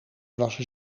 was